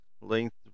length